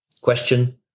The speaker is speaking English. Question